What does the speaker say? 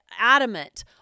adamant